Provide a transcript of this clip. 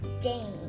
Jamie